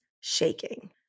shaking